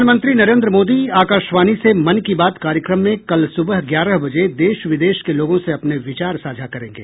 प्रधानमंत्री नरेन्द्र मोदी आकाशवाणी से मन की बात कार्यक्रम में कल सुबह ग्यारह बजे देश विदेश के लोगों से अपने विचार साझा करेंगे